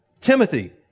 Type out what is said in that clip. Timothy